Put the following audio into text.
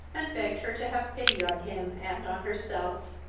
and begged her to have pity on him and on herself.